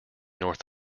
north